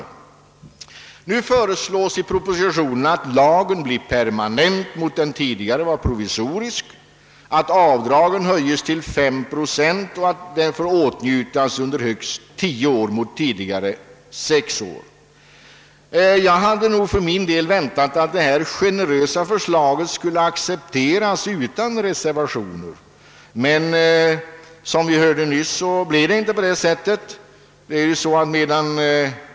Nu föreslås i propositionen att lagen blir permanent i stället för som tidigare provisorisk, att avdragen höjs till 5 procent och att de får åtnjutas under högst tio år mot tidigare sex år. Jag hade för min del väntat att detta generösa förslag skulle accepteras utan reservationer, men som vi nyss hörde blev det inte så.